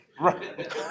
Right